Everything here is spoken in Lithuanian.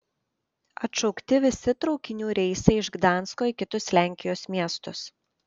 atšaukti visi traukinių reisai iš gdansko į kitus lenkijos miestus